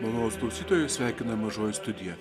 malonūs klausytojus sveikina mažoji studija